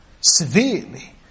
severely